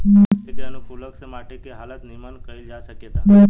माटी के अनुकूलक से माटी के हालत निमन कईल जा सकेता